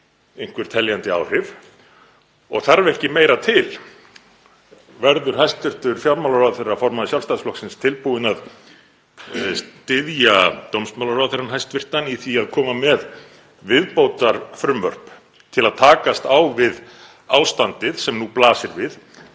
einhver teljandi áhrif? Og þarf ekki meira til? Verður hæstv. fjármálaráðherra, formaður Sjálfstæðisflokksins, tilbúinn að styðja hæstv. dómsmálaráðherra í því að koma með viðbótarfrumvörp til að takast á við ástandið sem nú blasir við,